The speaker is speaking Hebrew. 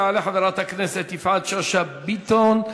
תעלה חברת הכנסת יפעת שאשא ביטון,